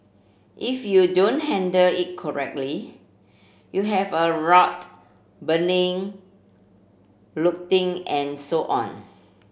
if you don't handle it correctly you'll have a riot burning looting and so on